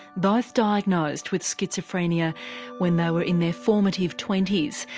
both diagnosed with schizophrenia when they were in their formative twenty s.